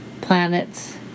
planets